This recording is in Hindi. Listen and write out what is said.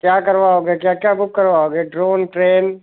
क्या करवाओगे क्या क्या बुक करवाओगे ड्रोन ट्रेन